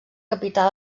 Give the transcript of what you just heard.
capità